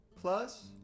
Plus